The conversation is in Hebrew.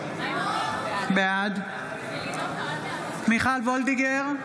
בעד מיכל מרים וולדיגר,